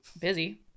busy